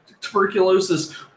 tuberculosis